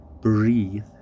breathe